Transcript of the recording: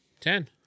Ten